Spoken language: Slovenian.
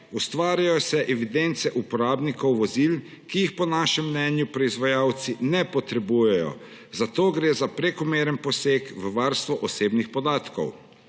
ustvarjajo se evidence uporabnikov vozil, ki jih po našem mnenju proizvajalci ne potrebujejo, zato gre za prekomeren poseg v varstvo osebnih podatkov.